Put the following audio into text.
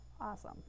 awesome